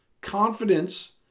confidence